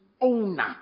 owner